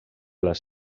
les